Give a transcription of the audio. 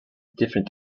different